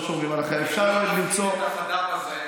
אנחנו שומרים על החיים של הילדים האלה ועל הילדים שלהם.